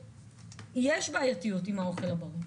יש בעייתיות עם האוכל הבריא,